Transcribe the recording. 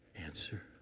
Answer